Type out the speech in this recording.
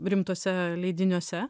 rimtuose leidiniuose